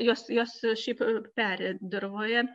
jos jos šiaip peri dirvoje